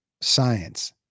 science